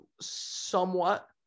somewhat –